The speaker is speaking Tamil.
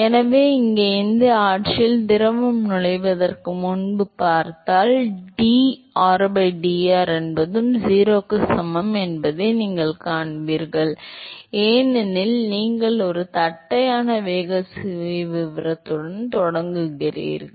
எனவே இங்கே இந்த ஆட்சியில் திரவம் நுழைவதற்கு முன்பு நீங்கள் பார்த்தால் dr by dr என்பதும் 0 க்கு சமம் என்பதை நீங்கள் காண்பீர்கள் ஏனெனில் நீங்கள் ஒரு தட்டையான வேக சுயவிவரத்துடன் தொடங்குகிறீர்கள்